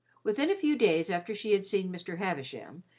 within a few days after she had seen mr. havisham,